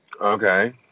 Okay